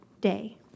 day